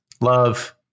love